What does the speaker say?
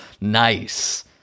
nice